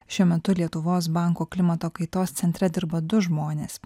šiuo metu lietuvos banko klimato kaitos centre dirba du žmonės